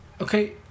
Okay